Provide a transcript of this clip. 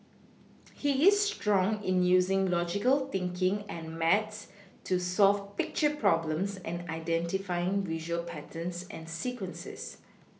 he is strong in using logical thinking and maths to solve picture problems and identifying visual patterns and sequences